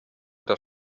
das